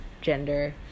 gender